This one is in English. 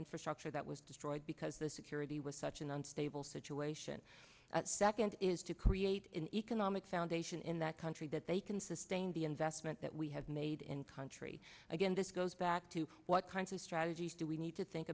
infrastructure that was destroyed because the security was such an unstable situation at second is to create an economic foundation in that country that they can sustain the investment that we have made in country again this goes back to what kinds of strategies do we need to think